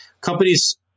Companies